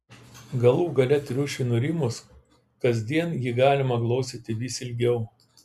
galų gale triušiui nurimus kasdien jį galima glostyti vis ilgiau